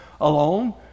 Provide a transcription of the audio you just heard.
alone